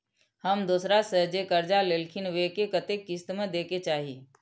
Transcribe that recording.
हम दोसरा से जे कर्जा लेलखिन वे के कतेक किस्त में दे के चाही?